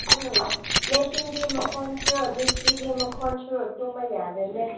ꯑꯥ ꯃꯦꯁꯤꯟꯒꯤ ꯃꯈꯣꯟꯁꯨ ꯃꯤꯁꯇ꯭ꯔꯤꯒꯤ ꯃꯈꯣꯟꯁꯨ ꯇꯨꯝꯕ ꯌꯥꯗꯕꯅꯦ